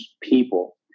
people